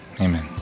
Amen